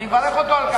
אני מברך אותו על כך.